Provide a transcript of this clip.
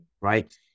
right